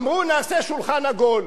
אמרו: נעשה שולחן עגול.